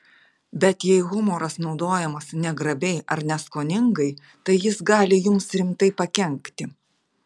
bet jei humoras naudojamas negrabiai ar neskoningai tai jis gali jums rimtai pakenkti